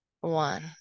One